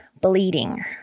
bleeding